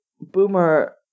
Boomer